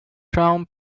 crown